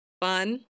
Fun